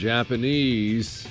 Japanese